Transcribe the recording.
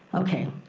okay,